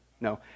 no